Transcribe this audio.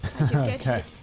Okay